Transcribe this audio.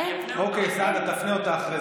אני אפנה אותך.